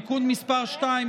(תיקון מס׳ 2),